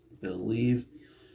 believe